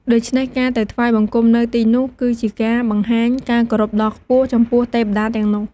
ដូច្នេះការទៅថ្វាយបង្គំនៅទីនោះគឺជាការបង្ហាញការគោរពដ៏ខ្ពស់ចំពោះទេវតាទាំងនោះ។